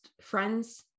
friends